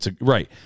Right